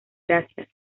gracias